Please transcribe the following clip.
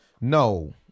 No